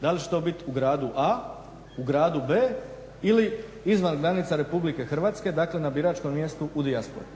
Da li će to biti u gradu A, u gradu B ili izvan granica RH dakle na biračkom mjestu u dijaspori.